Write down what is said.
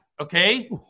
okay